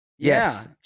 Yes